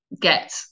get